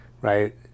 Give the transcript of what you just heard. right